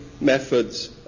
methods